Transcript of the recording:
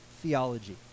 theology